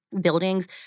Buildings